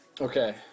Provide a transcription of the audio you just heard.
Okay